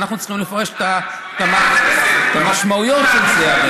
ואנחנו צריכים לפרש את המשמעויות של זה,